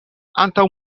antaŭ